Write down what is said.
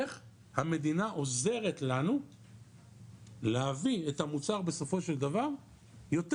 איך המדינה עוזרת לנו להביא את המוצר בסופו של דבר יותר